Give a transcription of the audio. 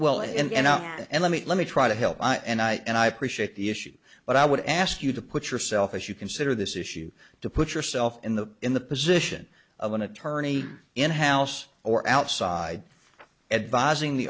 well and now and let me let me try to help and i and i appreciate the issues but i would ask you to put yourself as you consider this issue to put yourself in the in the position of an attorney in house or outside advising the